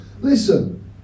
listen